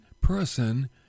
person